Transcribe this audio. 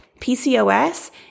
PCOS